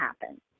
happen